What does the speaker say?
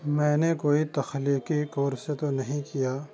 میں نے کوئی تخلیقی کورس تو نہیں کیا